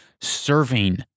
serving